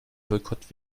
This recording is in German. boykott